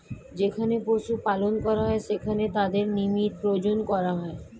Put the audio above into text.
যেখানে পশু পালন করা হয়, সেখানে তাদের নিয়মিত প্রজনন করা হয়